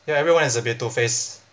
ya everyone is a bit two face